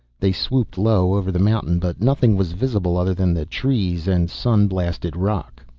they swooped low over the mountain, but nothing was visible other than the trees and sun-blasted rock.